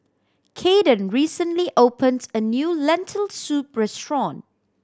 Caden recently opens a new Lentil Soup restaurant